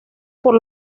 por